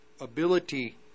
ability